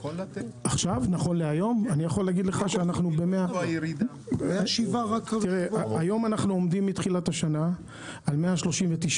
נכון להיום, מתחילת השנה אנחנו עומדים על 139